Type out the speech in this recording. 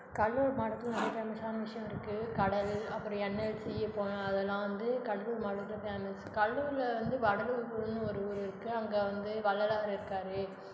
கடலூர் மாவட்டத்தில் நிறையா ஃபேமஸான விஷயம் இருக்குது கடல் அப்புறம் என்எல்சி அப்புறம் அதெல்லாம் வந்து கடலூர் மாவட்டத்தில் ஃபேமஸ் கடலூரில் வந்து வடலூர்னு ஒரு ஊர் இருக்குது அங்கே வந்து வள்ளலார் இருக்கார்